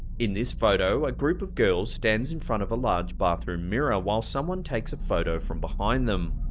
in this photo, a group of girls stands in front of a large bathroom mirror, while someone takes a photo from behind them.